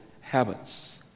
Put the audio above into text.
habits